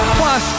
Plus